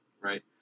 right